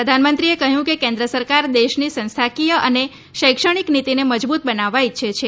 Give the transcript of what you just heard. પ્રધાનમંત્રીએ કહ્યું કે કેન્દ્ર સરકાર દેશની સંસ્થાકીય અને શૈક્ષણિક નીતીને મજબૂત બનાવવા ઈચ્છે છે